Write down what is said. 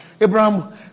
Abraham